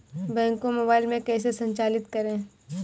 Bank को mobile में कैसे संचालित करें?